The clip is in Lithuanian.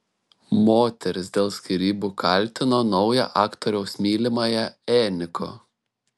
moteris dėl skyrybų kaltino naują aktoriaus mylimąją eniko